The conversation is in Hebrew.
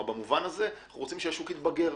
במובן הזה אנחנו רוצים שהשוק יתבגר.